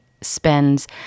spends